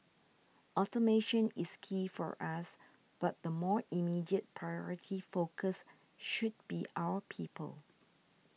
automation is key for us but the more immediate priority focus should be our people